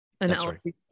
analysis